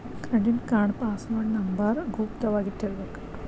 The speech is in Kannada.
ಕ್ರೆಡಿಟ್ ಕಾರ್ಡ್ ಪಾಸ್ವರ್ಡ್ ನಂಬರ್ ಗುಪ್ತ ವಾಗಿ ಇಟ್ಟಿರ್ಬೇಕ